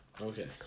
okay